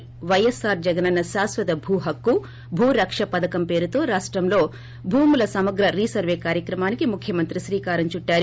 పైఎస్పార్ జగనన్న శాశ్వత భూ హక్కు భూ రక్ష పథకం పేరుతో రాష్టంలో భూముల సమగ్ర రీసర్వే కార్యక్రమానికి ముఖ్యమంత్రి శ్రీకారం చుట్లారు